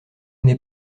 n’est